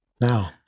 now